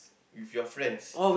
with your friends